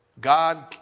God